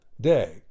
day